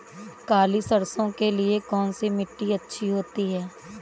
काली सरसो के लिए कौन सी मिट्टी अच्छी होती है?